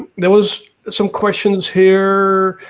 there was some questions here.